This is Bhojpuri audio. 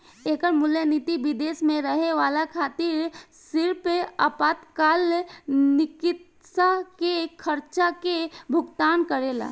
एकर मूल निति विदेश में रहे वाला खातिर सिर्फ आपातकाल चिकित्सा के खर्चा के भुगतान करेला